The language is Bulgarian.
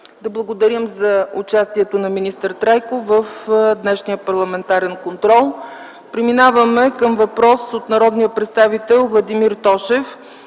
Да благодарим на министър Трайков за участието му в днешния парламентарен контрол. Преминаваме към въпрос от народния представител Владимир Тошев